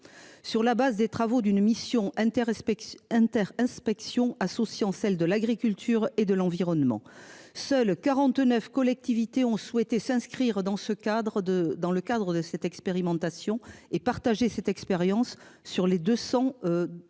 Sur la base des travaux d'une mission inter. Inter inspection associant celle de l'agriculture et de l'environnement. Seuls 49 collectivités ont souhaité s'inscrire dans ce cadre de dans le cadre de cette expérimentation et partager cette expérience sur les 200. Que vous